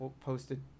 posted